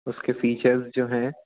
उसके फीचर्स जो हैं